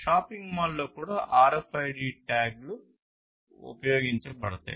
shopping మాల్లలో కూడా RFID ట్యాగ్లు ఉపయోగించబడతాయి